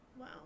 Wow